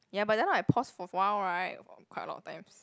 ya but just now I pause for for awhile right quite a lot of times